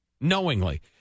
Knowingly